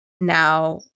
now